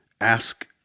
ask